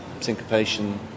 syncopation